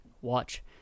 Watch